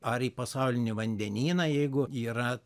ar į pasaulinį vandenyną jeigu yra